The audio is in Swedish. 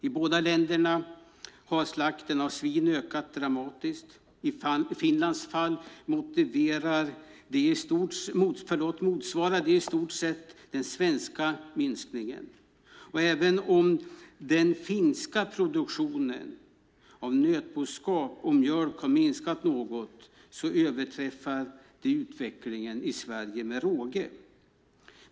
I båda länderna har slakten av svin ökat dramatiskt. I Finlands fall motsvarar det i stort sett den svenska minskningen. Även om den finska produktionen av nötboskap och mjölk har minskat något så överträffar det utvecklingen i Sverige med råge.